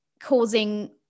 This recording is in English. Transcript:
causing